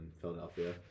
Philadelphia